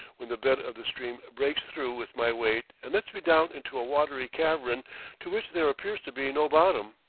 when the bed of the stream breaks through with my weight and lets me down into a watery cavern to which there appears to be no bottom.